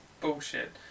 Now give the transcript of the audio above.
bullshit